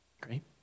Great